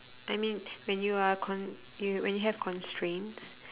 I mean when you are con~ you when you have constraints